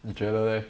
你觉得 leh